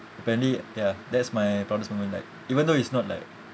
apparently ya that is my proudest moment like even though it's not like